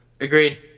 Agreed